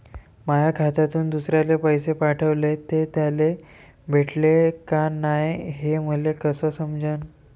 माया खात्यातून दुसऱ्याले पैसे पाठवले, ते त्याले भेटले का नाय हे मले कस समजन?